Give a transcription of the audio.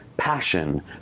Passion